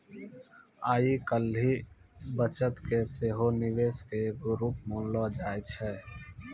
आइ काल्हि बचत के सेहो निवेशे के एगो रुप मानलो जाय छै